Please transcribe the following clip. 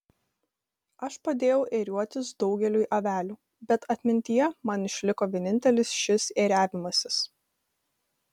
aš padėjau ėriuotis daugeliui avelių bet atmintyje man išliko vienintelis šis ėriavimasis